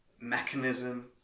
mechanism